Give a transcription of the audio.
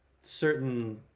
certain